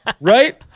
right